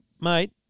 mate